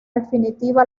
definitiva